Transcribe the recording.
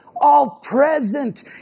all-present